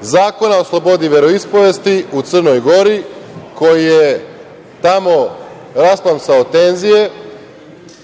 Zakona o slobodi veroispovesti u Crnoj Gori, koji je tamo rasplamsao tenzije,